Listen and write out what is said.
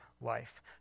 life